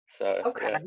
Okay